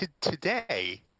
today